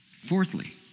Fourthly